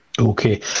Okay